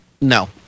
No